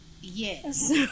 Yes